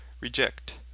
reject